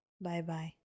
Bye-bye